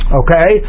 okay